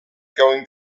going